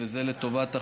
לטובת החברים.